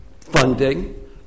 funding